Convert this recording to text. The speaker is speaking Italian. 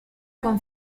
con